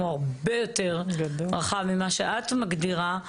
הוא הרבה יותר רחב ממה שאת מגדירה,